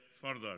further